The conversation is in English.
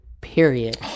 period